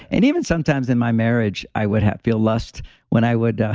and even sometimes in my marriage, i would have feel lust when i would